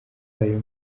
ayo